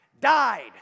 died